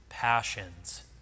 passions